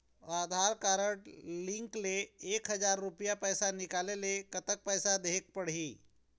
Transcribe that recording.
आधार card link ले एक हजार रुपया पैसा निकाले ले कतक पैसा देहेक पड़ही?